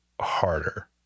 harder